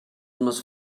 must